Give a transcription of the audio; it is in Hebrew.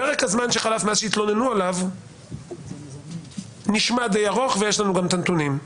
פרק הזמן שחלף מהזמן שהתלוננו עליו נשמע די ארוך ויש לנו גם את הנותנים.